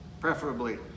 Preferably